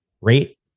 rate